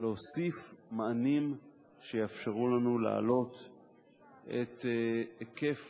להוסיף מענים שיאפשרו לנו להגדיל את היקף